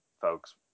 folks